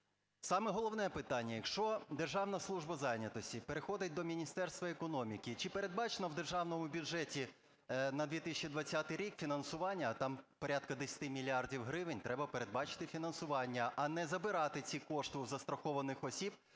Саме головне питання: якщо Державна служба зайнятості переходить до Міністерства економіки, чи передбачено в Державному бюджеті на 2020 рік фінансування? Там порядка 10 мільярдів гривень треба передбачити фінансування, а не забирати ці кошти у застрахованих осіб